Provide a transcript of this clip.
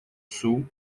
sul